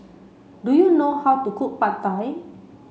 do you know how to cook Pad Thai